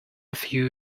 few